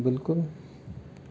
बिल्कुल